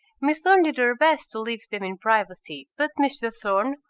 miss thorne did her best to leave them in privacy but mr thorne,